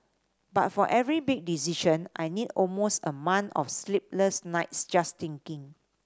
but for every big decision I need almost a month of sleepless nights just thinking